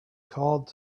called